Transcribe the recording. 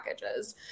packages